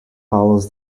follows